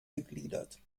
gegliedert